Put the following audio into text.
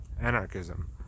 anarchism